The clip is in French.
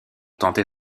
tenter